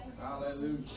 Hallelujah